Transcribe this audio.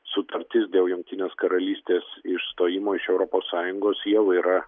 sutartis dėl jungtinės karalystės išstojimo iš europos sąjungos jau yra